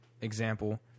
example